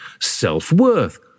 self-worth